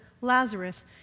Lazarus